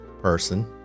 person